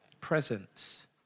Presence